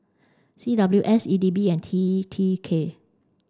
C W S E D B and T T K